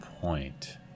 Point